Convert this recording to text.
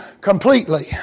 completely